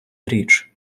річ